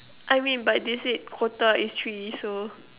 I mean but they said quota is three so